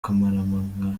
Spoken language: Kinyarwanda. kamarampaka